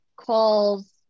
calls